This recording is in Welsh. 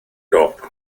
dop